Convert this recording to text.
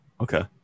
Okay